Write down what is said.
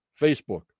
Facebook